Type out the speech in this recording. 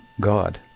God